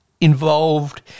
involved